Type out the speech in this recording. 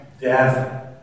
Death